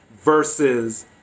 versus